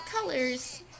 colors